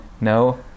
No